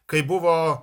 kai buvo